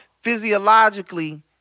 physiologically